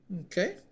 Okay